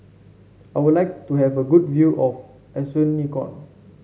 I would like to have a good view of Asuncion